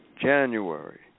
January